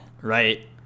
Right